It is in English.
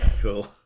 Cool